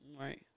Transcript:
Right